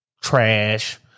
trash